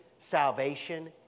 ...salvation